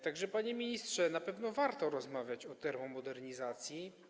Tak że panie ministrze, na pewno warto rozmawiać o termomodernizacji.